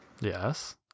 yes